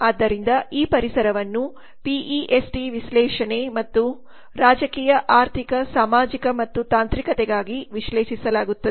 ಆದ್ದರಿಂದ ಈ ಪರಿಸರವನ್ನು ಪಿಇಸಟಿ ವಿಶ್ಲೇಷಣೆ ಮತ್ತು ರಾಜಕೀಯ ಆರ್ಥಿಕ ಸಾಮಾಜಿಕ ಮತ್ತು ತಾಂತ್ರಿಕತೆಗಾಗಿ ವಿಶ್ಲೇಷಿಸಲಾಗುತ್ತದೆ